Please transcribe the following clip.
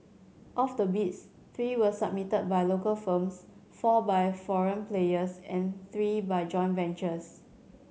of the bids three were submitted by local firms four by foreign players and three by joint ventures